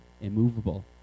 immovable